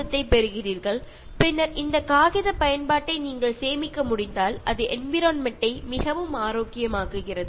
അപ്പോൾ നിങ്ങൾക്ക് ഈ പേപ്പറിലെ ഉപയോഗം കുറയ്ക്കാൻ സാധിച്ചാൽ നിങ്ങൾക്ക് നിങ്ങളുടെ ചുറ്റുപാടിനെ സംരക്ഷിക്കാൻ കഴിയുന്നു